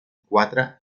quatre